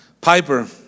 Piper